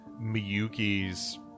Miyuki's